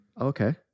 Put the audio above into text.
Okay